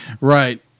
Right